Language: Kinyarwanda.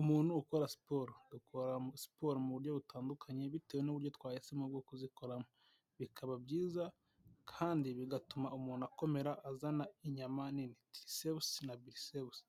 Umuntu ukora siporo, dukora siporo mu buryo butandukanye bitewe n'uburyo twahisemo bwo kuzikoramo, bikaba byiza kandi bigatuma umuntu akomera azana inyama nini tirisebusi na bisebusi,